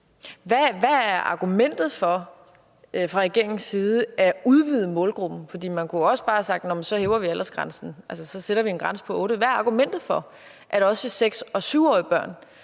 Hvad er argumentet fra regeringens side for at udvide målgruppen? For man kunne også bare have sagt: Så hæver vi aldersgrænsen; altså, så sætter vi en grænse på 8 år. Hvad er argumentet for, at også 6- og 7-årige børn